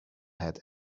had